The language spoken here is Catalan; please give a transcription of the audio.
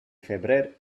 febrer